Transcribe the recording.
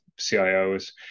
CIOs